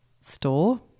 store